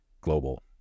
global